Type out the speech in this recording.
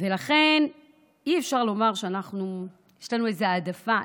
ולכן אי-אפשר לומר שיש לנו איזו העדפה.